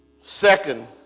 second